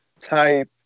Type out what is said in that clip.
type